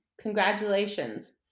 congratulations